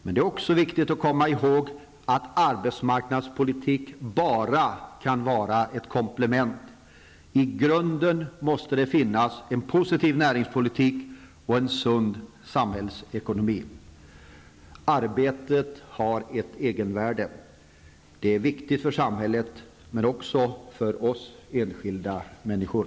Men det är också viktigt att komma ihåg att arbetsmarknadspolitiken bara kan vara ett komplement. I grunden måste det finnas en positiv näringspolitik och en sund samhällsekonomi. Arbetet har ett egenvärde. Det är viktigt för samhället, men också för oss enskilda människor.